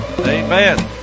Amen